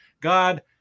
God